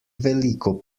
veliko